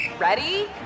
Ready